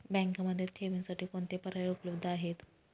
बँकेमध्ये ठेवींसाठी कोणते पर्याय उपलब्ध आहेत?